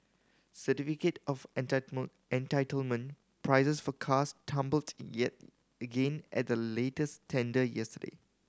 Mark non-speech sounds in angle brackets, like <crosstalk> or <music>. certificate of <unintelligible> entitlement prices for cars tumbled yet again at the latest tender yesterday